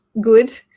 good